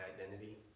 identity